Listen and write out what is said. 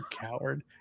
coward